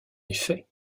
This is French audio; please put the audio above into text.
effet